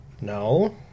No